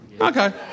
Okay